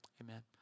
Amen